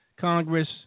Congress